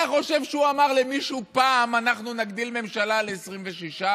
אתה חושב שהוא אמר למישהו פעם: אנחנו נגדיל ממשלה ל-26?